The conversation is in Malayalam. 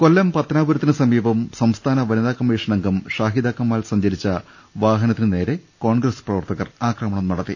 കൊല്ലം പത്തനാപുരത്തിനുസമീപം സംസ്ഥാന വനിതാ കമ്മീഷൻ അംഗം ഷാഹിദാ കമാൽ സഞ്ചരിച്ച വാഹനത്തിനുനേരെ കോൺഗ്രസ് പ്രവർത്തകർ ആക്രമണം നടത്തി